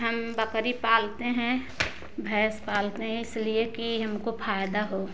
हम बकरी पालते हैं भैंस पालते हैं इसलिए कि हमको फायदा हो